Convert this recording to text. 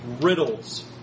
riddles